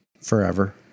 forever